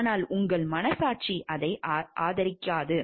ஆனால் உங்கள் மனசாட்சி அதை ஆதரிக்காது